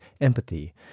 empathy